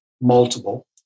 multiple